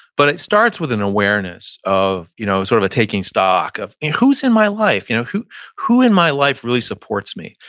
but it starts with an awareness of you know sort of a taking stock of who's in my life? you know who who in my life really supports me?